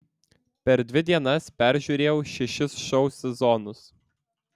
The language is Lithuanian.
per dvi dienas peržiūrėjau šešis šou sezonus